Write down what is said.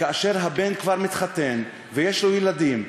כאשר הבן כבר מתחתן ויש לו ילדים,